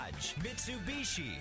Mitsubishi